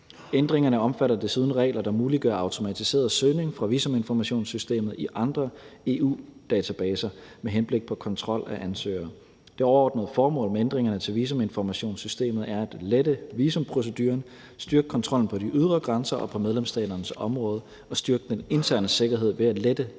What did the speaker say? Ændringerne omfatter desuden regler, der muliggør automatiseret søgning fra visuminformationssystemet i andre EU-databaser med henblik på kontrol af ansøgere. Det overordnede formålet med ændringerne til visuminformationssystemet er at lette visumproceduren, styrke kontrollen på de ydre grænser og på medlemsstaternes område og styrke den interne sikkerhed ved at lette delingen